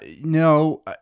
no